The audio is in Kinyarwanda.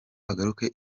agaruke